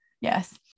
Yes